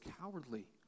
cowardly